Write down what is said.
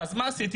אז מה עשיתי?